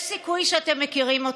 יש סיכוי שאתם מכירים אותה,